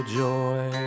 joy